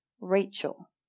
Rachel